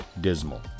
dismal